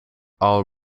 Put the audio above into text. all